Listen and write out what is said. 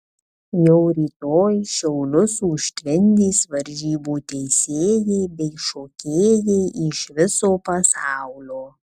jau rytoj šiaulius užtvindys varžybų teisėjai bei šokėjai iš viso pasaulio